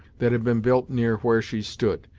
that had been built near where she stood,